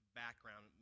background